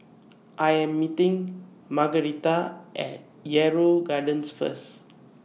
I Am meeting Margueritta At Yarrow Gardens First